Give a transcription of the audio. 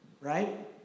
right